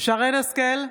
שרן מרים השכל,